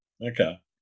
Okay